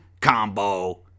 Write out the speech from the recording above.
Combo